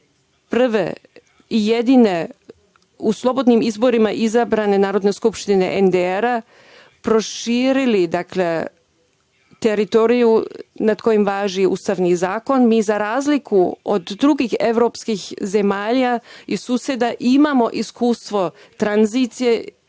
prve i jedine, u slobodnim izborima izabrane Narodne skupštine NDR-a, proširili teritoriju nad kojim važi ustavni zakon i za razliku od drugih evropskih zemalja i suseda, imamo iskustvo tranzicije